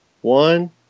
one